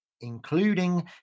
including